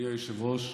אדוני היושב-ראש,